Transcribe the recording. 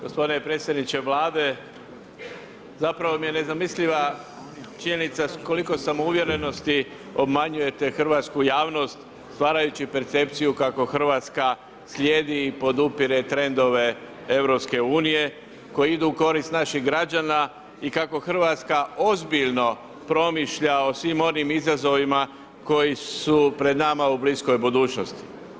Gospodine predsjedniče Vlade, zapravo mi je nezamisliva činjenica s koliko samouvjerenosti obmanjujte hrvatsku javnost stvarajući percepciju kako Hrvatska slijedi i podupire trendove EU koji idu u korist naših građana i kako Hrvatska ozbiljno promišlja o svim onim izazovima koji su pred nama u bliskoj budućnosti.